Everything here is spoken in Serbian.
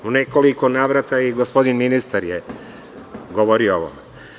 U nekoliko navrata je i gospodin ministar govorio o ovome.